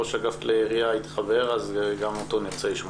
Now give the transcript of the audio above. ראש אגף כלי ירייה התחבר אז גם אותו נרצה לשמוע.